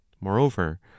Moreover